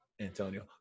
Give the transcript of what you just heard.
Antonio